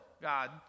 God